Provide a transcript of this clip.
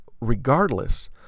regardless